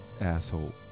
Asshole